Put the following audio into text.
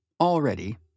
already